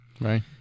Right